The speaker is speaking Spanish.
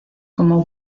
como